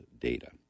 data